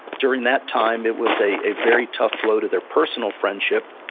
during that time, it was a very tough blow to their personal friendship,